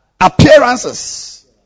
appearances